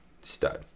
stud